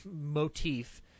motif